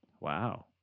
Wow